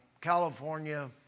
California